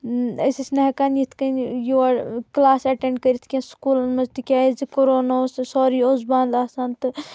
أسۍ ٲسۍ نہ ہیکان یِتھ کٔنۍ یور کِلاس ایٹیٚنڈ کرِتھ کینٛہہ سکوٗلن منٛز کینٛہہ تِکیازِ کورونا اوس سورُے اوس بنٛد آسان تہٕ